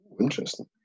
Interesting